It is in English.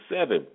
seven